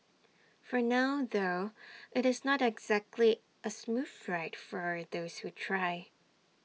for now though IT is not exactly A smooth ride for those who try